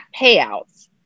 payouts